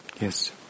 Yes